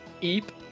Eep